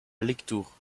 lectoure